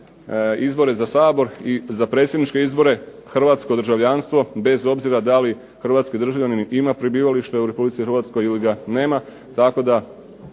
izbore za Sabor i za predsjedničke izbore hrvatsko državljanstvo, bez obzira da li hrvatski državljanin ima prebivalište u Republici Hrvatskoj ili ga nema,